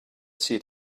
see